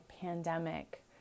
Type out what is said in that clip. pandemic